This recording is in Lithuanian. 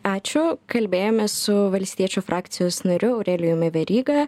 ačiū kalbėjomės su valstiečių frakcijos nariu aurelijumi veryga